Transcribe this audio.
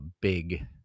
big